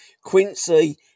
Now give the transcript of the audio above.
Quincy